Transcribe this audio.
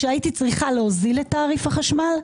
צריכה להוזיל את תעריף החשמל,